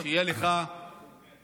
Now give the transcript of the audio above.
שיהיה לך במזל,